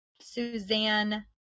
Suzanne